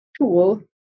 tool